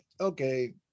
okay